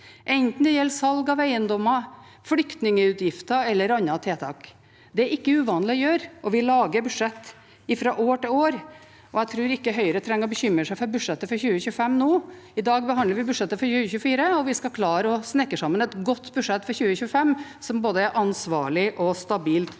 enten det gjelder salg av eiendommer, flyktningutgifter eller andre tiltak. Det er ikke uvanlig å gjøre, og vi lager budsjett fra år til år. Jeg tror ikke Høyre trenger å bekymre seg for budsjettet for 2025 nå. I dag behandler vi budsjettet for 2024, og vi skal klare å snekre sammen et godt budsjett for 2025 som er både ansvarlig og stabilt